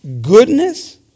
Goodness